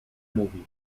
mówi